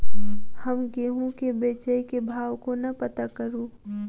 हम गेंहूँ केँ बेचै केँ भाव कोना पत्ता करू?